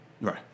Right